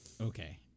Okay